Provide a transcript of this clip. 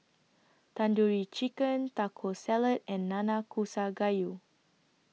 Tandoori Chicken Taco Salad and Nanakusa Gayu